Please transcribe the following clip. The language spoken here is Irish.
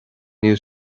níl